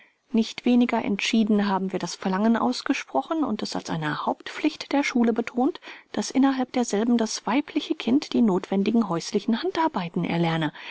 nicht weniger entschieden haben wir das verlangen ausgesprochen und es als eine hauptpflicht der schule betont daß innerhalb derselben das weibliche kind die nothwendigen häuslichen handarbeiten erlerne